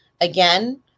Again